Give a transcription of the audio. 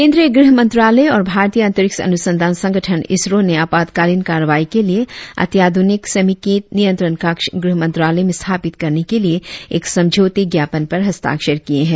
केंद्रीय गृह मंत्रालय और भारतीय अंतरिक्ष अनुसंधान संगठन इसरो ने आपातकालीन कार्रवाई के लिए अत्याधुनिक समेकित नियंत्रण कक्ष गृह मंत्रालय में स्थापित करने के लिए एक समझौते ज्ञापन पर हस्ताक्षर किये हैं